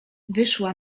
wyszła